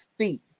see